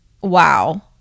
wow